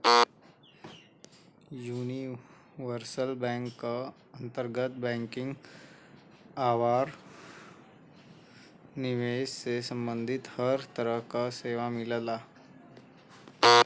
universal bank क अंतर्गत banking आउर निवेश से सम्बंधित हर तरह क सेवा मिलला